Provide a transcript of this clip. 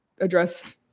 address